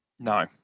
No